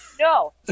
no